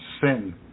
sin